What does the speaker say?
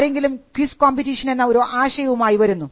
ആരെങ്കിലും quiz competition എന്ന ഒരു ആശയവുമായി വരുന്നു